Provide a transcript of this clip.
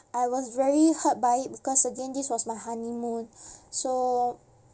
I was very hurt by it because again this was my honeymoon so